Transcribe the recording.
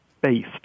based